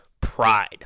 pride